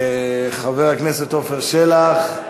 חבר הכנסת עפר שלח,